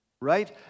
right